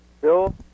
Bill